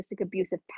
abusive